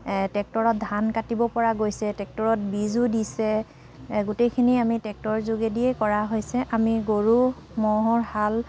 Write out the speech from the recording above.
ট্ৰেক্টৰত ধান কাটিব পৰা গৈছে ট্ৰেক্টৰত বীজো দিছে গোটেইখিনি আমি ট্ৰেক্টৰৰ যোগে দিয়েই কৰা হৈছে আমি গৰু ম'হৰ হাল